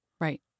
Right